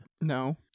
No